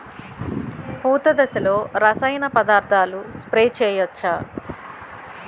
పూత దశలో రసాయన పదార్థాలు స్ప్రే చేయచ్చ?